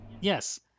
Yes